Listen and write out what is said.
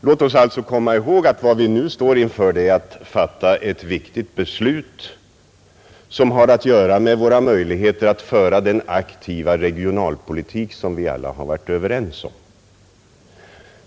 Låt oss komma ihåg att vad vi nu står inför är att fatta ett viktigt beslut som har att göra med våra möjligheter att föra den aktiva regionalpolitik som vi alla har varit överens om.